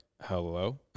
hello